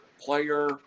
player